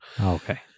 Okay